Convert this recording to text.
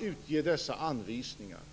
utge dessa anvisningar.